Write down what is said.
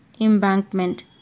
embankment